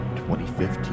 2015